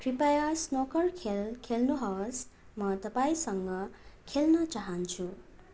कृपया स्नुकर खेल खोल्नुहोस् म तपाईँसँग खेल्न चहान्छु